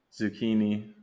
zucchini